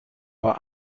war